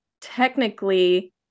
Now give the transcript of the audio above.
Technically